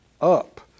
up